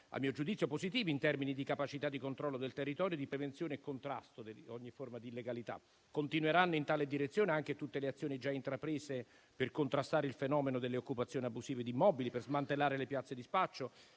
a mio giudizio - positivi in termini di capacità di controllo del territorio e di prevenzione e contrasto di ogni forma di illegalità. Continueranno in tale direzione anche tutte le azioni già intraprese per contrastare il fenomeno delle occupazioni abusive di immobili, per smantellare le piazze di spaccio,